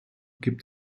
gibt